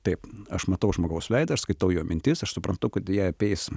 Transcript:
taip aš matau žmogaus veidą aš skaitau jo mintis aš suprantu kad jie apeis